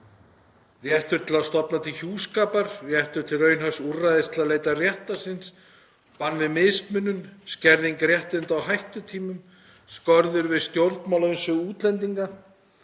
réttur til að stofna til hjúskapar, réttur til raunhæfs úrræðis til að leita réttar síns, bann við mismunun, skerðing réttinda á hættutímum, skorður við stjórnmálaumsvifum útlendinga,